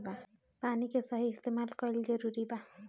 पानी के सही इस्तेमाल कइल जरूरी बा